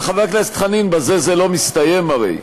אבל, חבר הכנסת חנין, בזה זה לא מסתיים, הרי.